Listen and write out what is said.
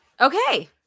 Okay